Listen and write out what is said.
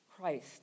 Christ